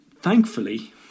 thankfully